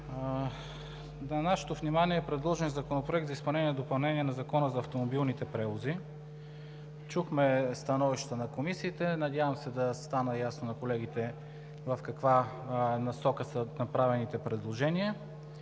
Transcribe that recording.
На нашето внимание е предложен Законопроект за изменение и допълнение на Закона за автомобилните превози. Чухме становището на Комисията – надявам се да стане ясно на колегите в каква насока са направените предложения.